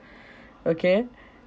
okay